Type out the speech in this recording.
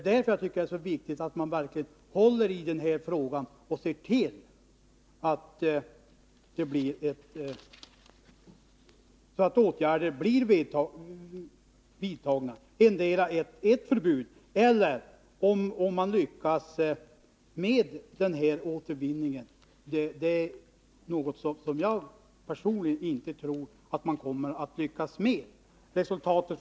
Jag tycker det är viktigt att man verkligen håller i den här frågan och ser till att behövliga åtgärder blir vidtagna, t.ex. ett förbud om man inte lyckas med återvinningen. Personligen tror jag inte man kommer att lyckas med den.